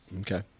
Okay